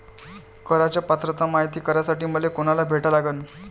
कराच पात्रता मायती करासाठी मले कोनाले भेटा लागन?